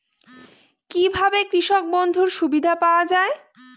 কি ভাবে কৃষক বন্ধুর সুবিধা পাওয়া য়ায়?